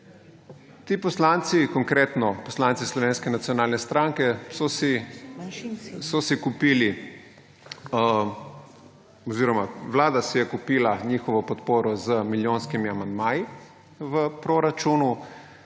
Ti poslanci, konkretno poslanci Slovenske nacionalne stranke, so si kupili oziroma vlada si je kupila njihovo podporo z milijonskimi amandmaji v proračunu;